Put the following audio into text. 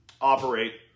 operate